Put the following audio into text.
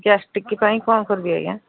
gastric ପାଇଁ କ'ଣ କରିବି ଆଜ୍ଞା